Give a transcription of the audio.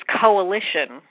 coalition